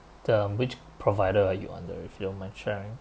the which provider are you on the if you don't mind sharing